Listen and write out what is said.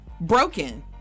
broken